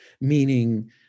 meaning